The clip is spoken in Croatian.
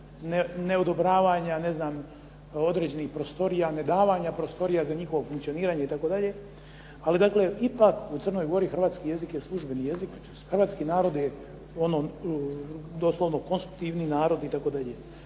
neodobravanja određenih prostorija, nedavanja prostorija za njihovo funkcioniranje itd. Ali dakle ipak u Crnoj Gori hrvatski jezik je službeni jezik, hrvatski narod je doslovno konstitutivni narod itd.